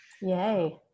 Yay